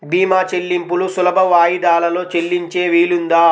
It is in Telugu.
భీమా చెల్లింపులు సులభ వాయిదాలలో చెల్లించే వీలుందా?